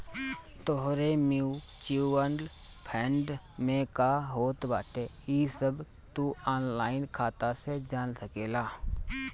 तोहरे mutual fund में का होत बाटे इ सब तू ऑनलाइन खाता से जान सकेला